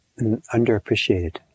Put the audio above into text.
underappreciated